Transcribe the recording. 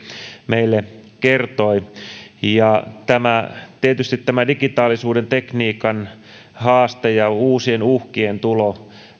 meille kertoi ja tietysti tämä digitaalisen tekniikan haaste ja uusien uhkien tulo